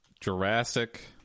Jurassic